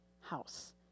house